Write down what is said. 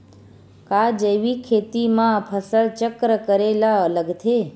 का जैविक खेती म फसल चक्र करे ल लगथे?